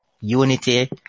unity